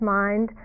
mind